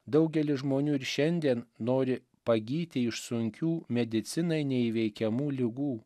daugelis žmonių ir šiandien nori pagyti iš sunkių medicinai neįveikiamų ligų